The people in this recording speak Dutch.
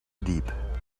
diep